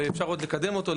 ואפשר עוד לקדם אותו.